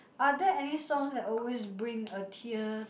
are there any songs that always bring a tear